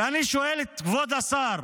ואני שואל את כבוד השר,